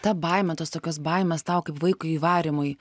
ta baimė tos tokios baimės tau kaip vaikui įvarymui